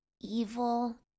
evil